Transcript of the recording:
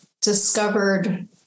discovered